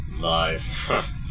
Life